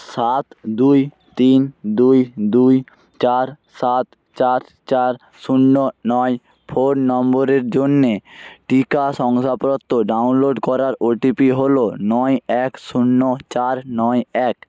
সাত দুই তিন দুই দুই চার সাত চার চার শূন্য নয় ফোন নম্বরের জন্যে টিকা শংসাপত্র ডাউনলোড করার ওটিপি হলো নয় এক শূন্য চার নয় এক